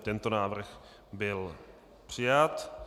Tento návrh byl přijat.